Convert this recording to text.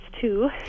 two